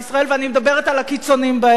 אני מדברת על הקיצוניים שבהם,